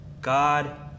God